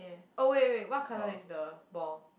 oh wait wait wait what colour is the ball